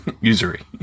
usury